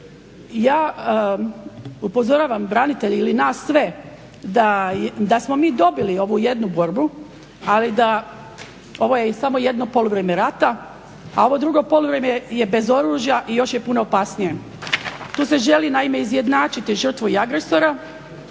Ja upozoravam branitelje ili nas sve da smo mi dobili ovu jednu borbu, ali da ovo je samo jedno poluvrijeme rata, a ovo drugo poluvrijeme je bez oružja i još je puno opasnije. Tu se želi naime izjednačiti žrtvu i agresora,